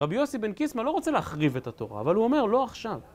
רבי יוסי בן קיסמא לא רוצה להחריב את התורה, אבל הוא אומר לא עכשיו.